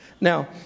Now